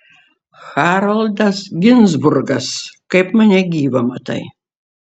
haroldas ginzburgas kaip mane gyvą matai